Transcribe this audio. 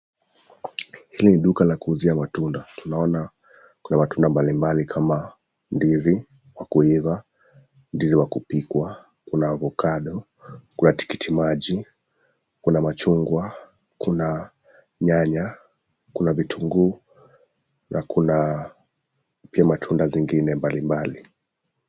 Hili ni duka la kuuzia matunda. Naona kuna matunda mbali mbali kama; ndizi wa kuiva, ndizi wa kupikwa na pia kuna avocado, kuna tikitiki maji, kuna machungwa, kuna nyanya na vitunguu na kuna pia matunda zingine mbalimbali.